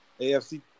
AFC